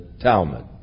Talmud